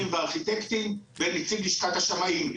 והארכיטקטים ונציג לשכת השמאים,